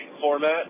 format